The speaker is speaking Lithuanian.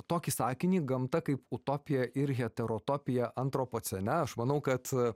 tokį sakinį gamta kaip utopija ir heterotopija antropocene aš manau kad